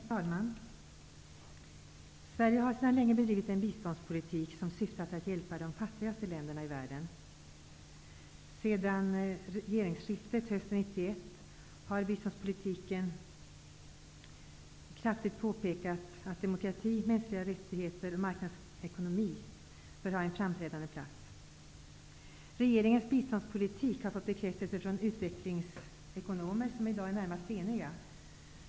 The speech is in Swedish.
Herr talman! Sverige bedriver sedan länge en biståndspolitik som syftar till att hjälpa de fattigaste länderna i världen. Sedan regeringsskiftet hösten 1991 har vi i biståndspolitiken kraftigt påpekat att demokrati, mänskliga rättigheter och marknadsekonomi bör ha en framträdande plats. Regeringens biståndspolitik har fått bekräftelse från utvecklingsekonomer, som i dag är närmast eniga.